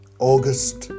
August